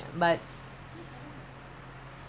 no what you must buy buy